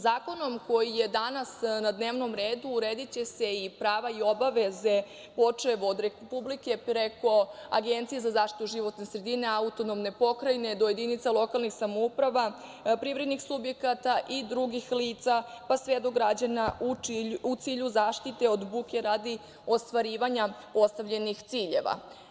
Zakonom koji je danas na dnevnom redu urediće se i prava i obaveze, počev od Republike, preko Agencije za zaštitu životne sredine, autonomne pokrajine od jedinice lokalnih samouprava, privrednih subjekata i drugih lica, pa sve do građana u cilju zaštite od buke radi ostvarivanja postavljenih ciljeva.